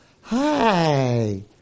Hi